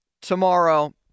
tomorrow